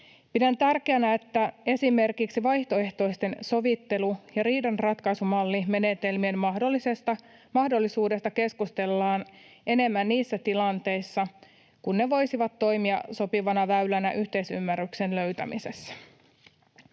Pidän tärkeänä, että esimerkiksi vaihtoehtoisten sovittelu- ja riidanratkaisumallimenetelmien mahdollisuudesta keskustellaan enemmän niissä tilanteissa, kun ne voisivat toimia sopivana väylänä yhteisymmärryksen löytämisessä.